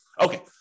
okay